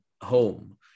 home